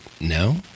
no